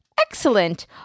excellent